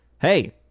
hey